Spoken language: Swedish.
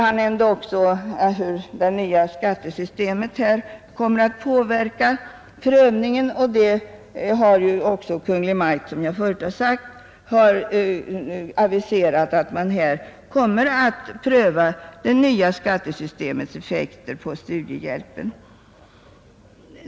Han nämnde också att det nya skattesystemet kommer att påverka prövningen, men Kungl. Maj:t har ju, som jag förut har sagt, aviserat att man kommer att pröva det nya skattesystemets effekter på studiehjälpen.